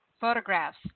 Photographs